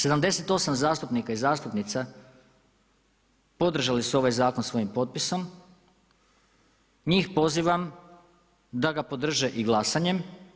78 zastupnica i zastupnika podržali su ovaj zakon svojim potpisom, njih pozivam da ga podrže i glasanjem.